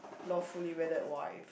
lawfully wedded wife